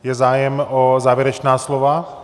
Je zájem o závěrečná slova?